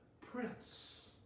prince